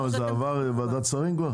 זה כבר עבר ועדת שרים?